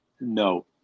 no